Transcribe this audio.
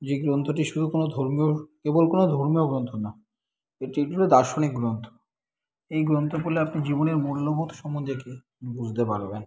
যে গ্রন্থটি শুধু কোনো ধর্মীয় কেবল কোনো ধর্মীয় গ্রন্থ না এটি হলো একটি দার্শনিক গ্রন্থ এই গ্রন্থ পড়লে আপনি জীবনের মূল্যবোধ সম্বন্দেকে বুঝতে পারবেন